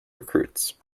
recruits